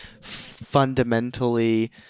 fundamentally